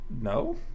No